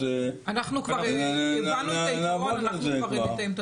אז נעבוד על זה.